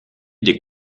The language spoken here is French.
des